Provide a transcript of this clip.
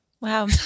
Wow